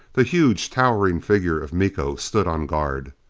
the huge towering figure of miko stood on guard.